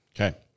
Okay